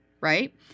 right